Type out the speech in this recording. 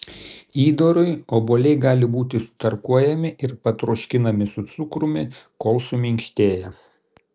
įdarui obuoliai gali būti sutarkuojami ir patroškinami su cukrumi kol suminkštėja